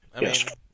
Yes